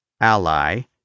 Ally